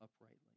uprightly